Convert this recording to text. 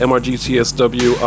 Mrgtsw